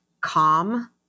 calm